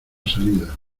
salida